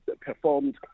performed